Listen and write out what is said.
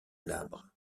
glabres